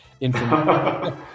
information